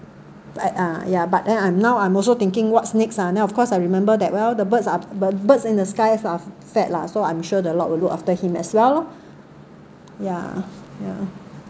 like ah ya but then I'm now I'm also thinking what's next ah now of course I remember that well the birds are b~ birds in the skies are fed lah so I'm sure the lord will look after him as well loh ya ya